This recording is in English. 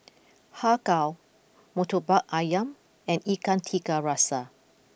Har Kow Murtabak Ayam and Ikan Tiga Rasa